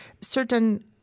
certain